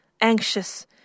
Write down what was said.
anxious